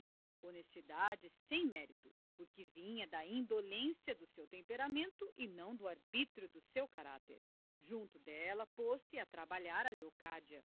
honestidade sem mérito porque vinha da indolência do seu temperamento e não do arbítrio do seu caráter junto dela pôs-se a trabalhar a leocádia